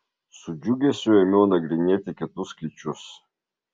su džiugesiu ėmiau nagrinėti kitus skaičius